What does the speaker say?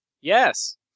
Yes